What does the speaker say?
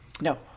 no